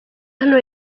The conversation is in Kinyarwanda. hano